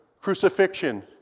crucifixion